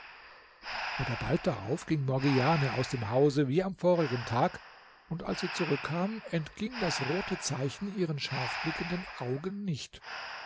aber bald darauf ging morgiane aus dem hause wie am vorigen tag und als sie zurückkam entging das rote zeichen ihren scharfblickenden augen nicht